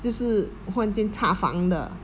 就是忽然间插房的